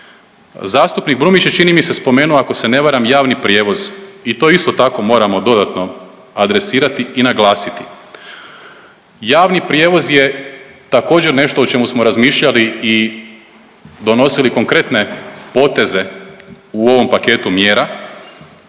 Zastupnik Brumnić je čini mi se spomenuo ako se ne varam javni prijevoz i to isto tako moramo dodatno adresirati i naglasiti. Javni prijevoz je također nešto o čemu smo razmišljali i donosili konkretne poteze u ovom paketu mjera.